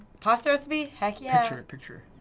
pasta recipe? heck yeah. picture, picture.